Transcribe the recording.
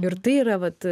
ir tai yra vat